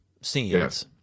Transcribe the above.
scenes